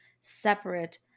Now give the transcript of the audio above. separate